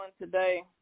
today